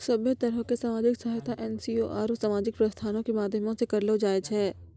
सभ्भे तरहो के समाजिक सहायता एन.जी.ओ आरु समाजिक प्रतिष्ठानो के माध्यमो से करलो जाय छै